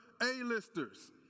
A-listers